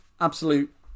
absolute